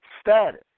Status